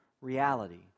reality